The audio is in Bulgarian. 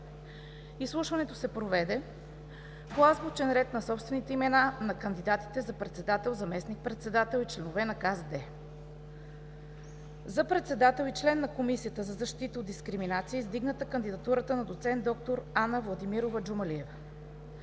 Изслушването се проведе по азбучен ред на собствените имена на кандидатите за председател, заместник-председател и членове на КЗД. За председател и член на Комисията за защита от дискриминацията е издигната кандидатурата на доцент д-р Ана Владимирова Джумалиева.